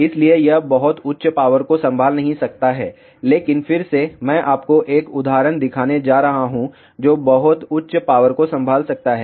इसलिए यह बहुत उच्च पावर को संभाल नहीं सकता है लेकिन फिर से मैं आपको 1 उदाहरण दिखाने जा रहा हूं जो बहुत उच्च पावर को संभाल सकता है